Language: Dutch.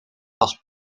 pas